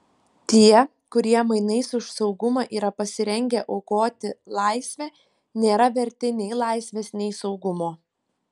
tie kurie mainais už saugumą yra pasirengę aukoti laisvę nėra verti nei laisvės nei saugumo